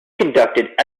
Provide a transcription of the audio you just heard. conducted